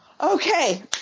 Okay